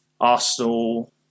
Arsenal